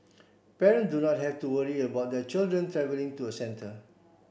parents do not have to worry about their children travelling to a centre